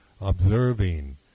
observing